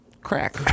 Crack